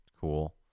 cool